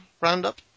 roundup